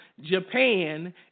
Japan